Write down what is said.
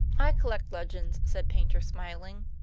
i collect legends, said paynter, smiling.